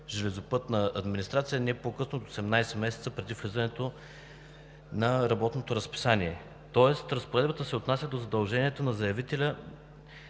„Железопътна администрация“ не по-късно от 18 месеца преди влизането в сила на работното разписание…“. Тоест разпоредбата се отнася до задължението на заявителя